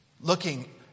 Looking